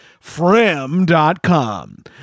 Fram.com